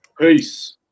Peace